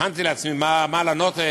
הכנתי לעצמי מה לענות,